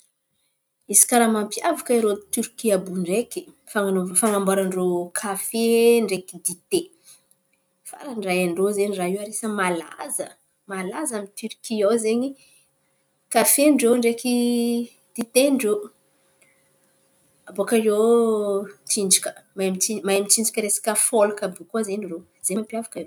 Izy kà raha mampiavak’irô Tiorikia àby iô ndraiky, fan̈anao- fanamboaran-drô kafe ndraiky dite. Farany raha hain-drô zen̈y raha iô ary anisan̈y malaza malaza amin’ny Torikia ao zen̈y kafe kafen-drô ndraiky diten-drô. Abaka iô tsinjaka mahay mitsinjaka resaka fôlky koa zen̈y irô. Zen̈y mampiavaka irô.